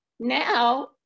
Now